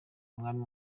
umwami